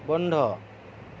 বন্ধ